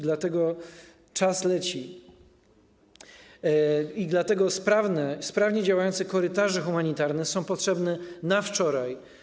Dlatego czas leci i dlatego sprawnie działające korytarze humanitarne są potrzebne na wczoraj.